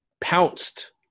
pounced